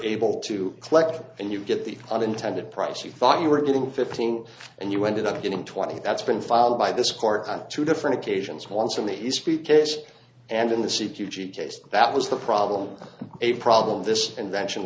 able to collect and you get the unintended price you thought you were getting fifteen and you ended up getting twenty that's been filed by this court on two different occasions once in a speech case and in the seat eugene case that was the problem a problem this invention